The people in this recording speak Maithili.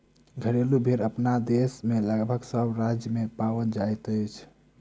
घरेलू भेंड़ अपना देश मे लगभग सभ राज्य मे पाओल जाइत अछि